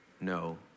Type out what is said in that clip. no